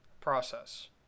process